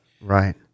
Right